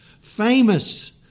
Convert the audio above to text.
Famous